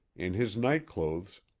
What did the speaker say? in his night clothes,